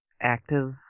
active